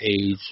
age